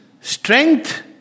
strength